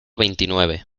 veintinueve